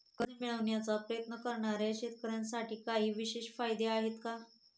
कर्ज मिळवण्याचा प्रयत्न करणाऱ्या शेतकऱ्यांसाठी काही विशेष फायदे आहेत का?